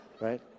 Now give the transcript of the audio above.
Right